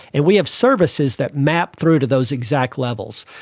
and we have services that map through to those exact levels.